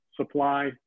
supply